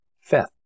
fifth